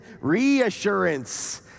reassurance